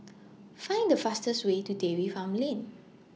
Find The fastest Way to Dairy Farm Lane